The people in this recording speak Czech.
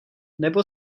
nebo